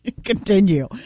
continue